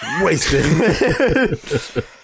Wasted